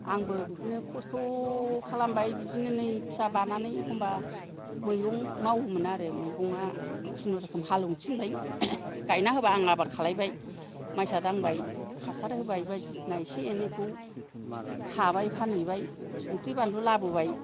आंबो बिदिनो खस्थ' खालामबाय बिदिनो नै फिसा बानानै एखमबा मैगं मावोमोन आरो मैगंआ खुनुरुखुम हालेवनो थिनबाय गायना होबा आं आबाद खालामबाय मायसा दांबाय हासार होबाय बायदिसिना एसे एनैखौ खाबाय फानहैबाय संख्रि बानलु लाबोबाय